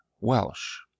Welsh